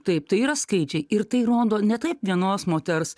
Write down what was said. taip tai yra skaičiai ir tai rodo ne taip vienos moters